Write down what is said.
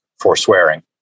forswearing